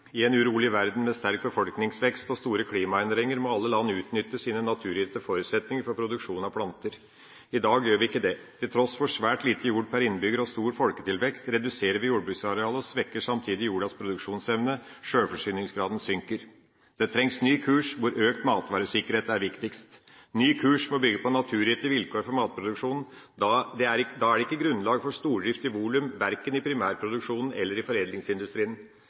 I en urolig verden med sterk befolkningsvekst og store klimaendringer må alle land utnytte sine naturgitte forutsetninger for produksjon av planter. I dag gjør vi ikke det. Til tross for svært lite jord per innbygger og stor folketilvekst reduserer vi jordbruksarealet, og svekker samtidig jordas produksjonsevne. Sjølforsyningsgraden synker. Det trengs ny kurs, hvor økt matvaresikkerhet er viktigst. Ny kurs må bygge på naturgitte vilkår for matproduksjonen. Da er det ikke grunnlag for stordrift i volum, verken i primærproduksjonen eller i foredlingsindustrien.